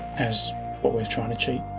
as what we are trying to cheat